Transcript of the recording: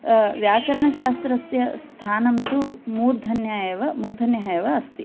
व्याकरणशास्त्रस्य स्थानं तु मूर्धन्य एव मूर्धन्यः एव अस्ति